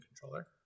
controller